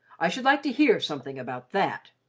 i should like to hear something about that.